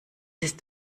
ist